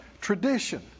tradition